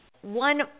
one